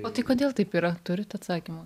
o tai kodėl taip yra turit atsakymą